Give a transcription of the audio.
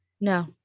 No